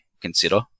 consider